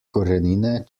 korenine